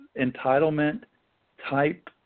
entitlement-type